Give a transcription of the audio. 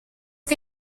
que